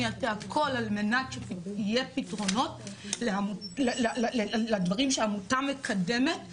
אני אעשה הכול על מנת שיהיו פתרונות לדברים שהעמותה מקדמת,